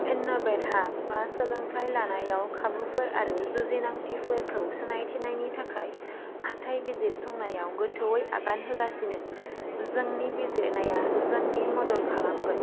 इन'भेटा सोलोंथाइ लानायाव खाबुफोर आरो जुजिनांथिफोरखौ सोनायथिनायनि थाखाय हाथाइ बिजिरसंनायाव गोथौयै आगान होगासिनो जोंनि बिजिरनाया जोंनि मदद खालामगोन